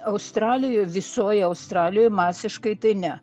australijoj visoj australijoj masiškai tai ne